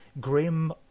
grim